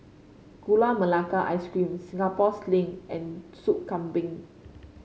Gula Melaka Ice Cream Singapore Sling and Soup Kambing